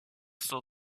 son